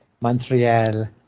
Montreal